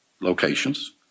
locations